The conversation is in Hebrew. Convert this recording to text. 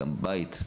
גם בבית,